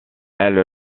elle